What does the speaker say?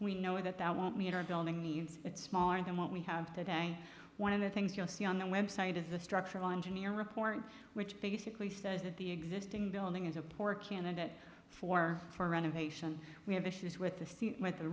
we know that that won't meet our building needs it's smaller than what we have today one of the things you'll see on the website is a structural engineer report which basically says that the existing building is a poor candidate for for renovation we have issues with the speed with the